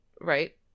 right